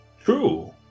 True